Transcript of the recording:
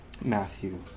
Matthew